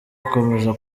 gukomeza